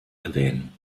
erwähnen